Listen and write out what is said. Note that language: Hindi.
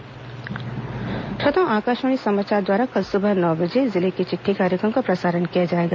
जिले की चिट़ठी श्रोताओं आकाशवाणी समाचार द्वारा कल सुबह नौ बजे जिले की चिट्ठी कार्यक्रम का प्रसारण किया जाएगा